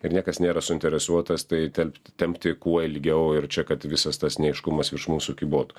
ir niekas nėra suinteresuotas tai tempti tempti kuo ilgiau ir čia kad visas tas neaiškumas virš mūsų kybotų